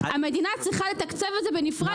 המדינה צריכה לתקצב את זה בנפרד,